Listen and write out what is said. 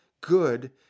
good